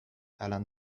alan